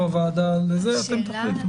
אתם תחליטו.